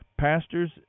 pastors